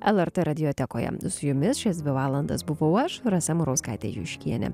lrt radiotekoje su jumis šias dvi valandas buvau aš rasa murauskaitė juškienė